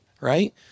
right